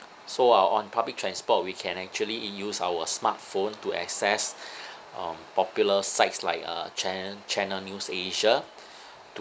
so uh on public transport we can actually use our smartphone to access um popular sites like uh chan~ channel news asia